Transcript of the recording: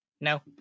no